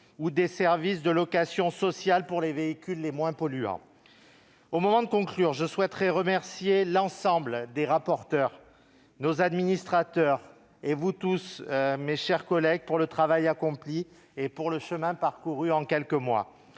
ou des services de location sociale pour les véhicules les moins polluants. Au moment de conclure, je souhaite remercier l'ensemble des rapporteurs, nos administrateurs et vous tous, mes chers collègues, du travail collectif accompli et du chemin parcouru en quelques mois.